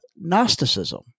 Gnosticism